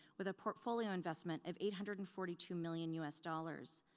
with a portfolio investment of eight hundred and forty two million us dollars.